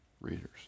readers